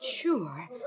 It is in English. sure